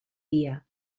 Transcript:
dia